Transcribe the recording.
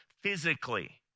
physically